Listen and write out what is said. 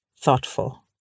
thoughtful